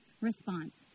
response